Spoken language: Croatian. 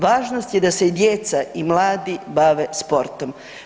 Važnost je da se i djeca i mladi bave sportom.